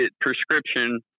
prescription